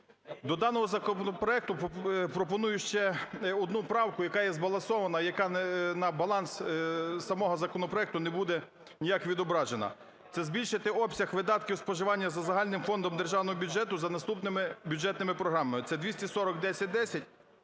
До даного законопроекту пропоную ще одну правку, яка є збалансована, яка на баланс самого законопроекту не буде ніяк відображена. Це збільшити обсяг видатків споживання за загальним фондом державного бюджету за наступними бюджетними програмами. Це 2401010